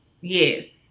Yes